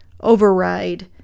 override